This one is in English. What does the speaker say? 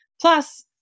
Plus